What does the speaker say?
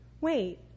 Wait